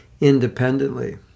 independently